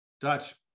dutch